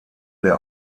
der